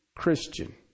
Christian